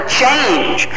change